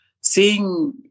seeing